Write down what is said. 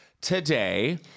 today